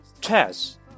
Chess